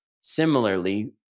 Similarly